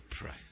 price